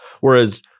Whereas